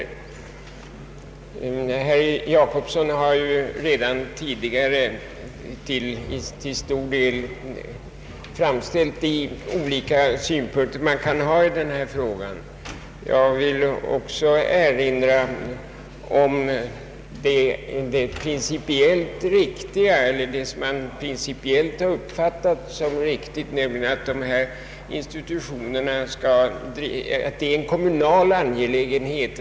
Herr Jacobsson har redan i huvudsak anfört de synpunkter som man kan ha i denna fråga. Det har uppfattats som principiellt riktigt att barntillsynen är en kommunal angelägenhet.